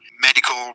medical